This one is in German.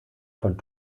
von